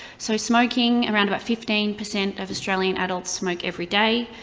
so smoking, around about fifteen percent of australian adults smoke every day.